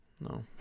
no